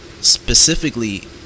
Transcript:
specifically